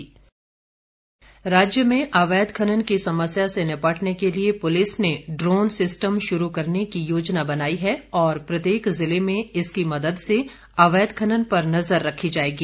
संजय कुंड राज्य में अवैध खनन की समस्या से निपटने के लिए पुलिस ने ड्रोन सिस्टम शुरू करने की योजना बनाई है और प्रत्येक ज़िले में इसकी मदद से अवैध खनन पर नज़र रखी जाएगी